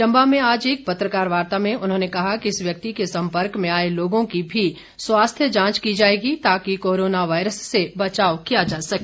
चम्बा में आज एक पत्रकार वार्ता में उन्होंने कहा कि इस व्यक्ति के संपर्क में आए लोगों की भी स्वास्थ्य जांच की जाएगी ताकि कोरोना वायरस से बचाव किया जा सके